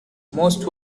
most